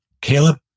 Caleb